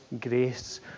grace